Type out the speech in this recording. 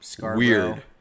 weird